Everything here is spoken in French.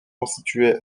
constitué